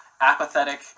apathetic